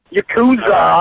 Yakuza